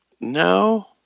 No